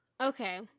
Okay